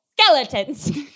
Skeletons